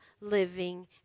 living